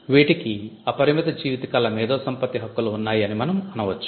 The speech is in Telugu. వీటికి అపరిమిత జీవిత కాల మేధో సంపత్తి హక్కులు ఉన్నాయి అని మనం అనవచ్చు